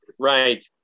Right